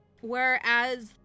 Whereas